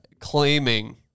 claiming